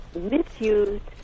misused